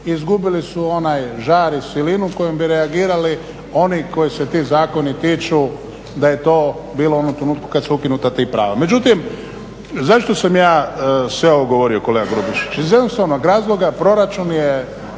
Izgubili su onaj žar i silinu kojom bi reagirali oni kojih se ti zakoni tiču da je to bilo u onom trenutku kad su ukinuta ta prava. Međutim, zašto sam ja sve ovo govorio kolega Grubišić? Iz jednostavnog razloga, proračun je